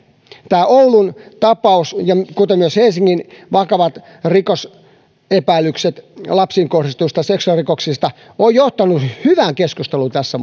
oulun tapaus kuten myös helsingin vakavat rikosepäilykset lapsiin kohdistuneista seksuaalirikoksista ovat johtaneet hyvään keskusteluun tässä